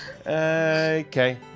Okay